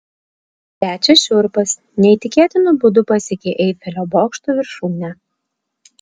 krečia šiurpas neįtikėtinu būdu pasiekė eifelio bokšto viršūnę